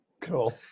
Cool